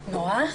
נורא.